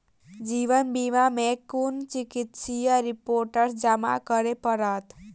जीवन बीमा मे केँ कुन चिकित्सीय रिपोर्टस जमा करै पड़त?